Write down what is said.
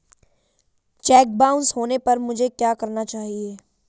Check bounce होने पर मुझे क्या करना चाहिए?